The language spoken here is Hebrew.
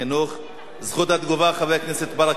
זכות התגובה, חבר הכנסת ברכה, בבקשה.